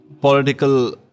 political